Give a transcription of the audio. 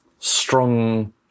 strong